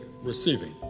receiving